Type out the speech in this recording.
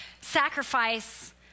sacrifice